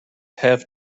have